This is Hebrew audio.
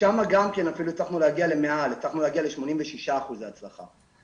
שם הצלחנו להגיע ל-86% הצלחה.